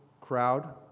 crowd